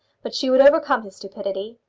but she would overcome his stupidity.